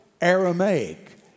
Aramaic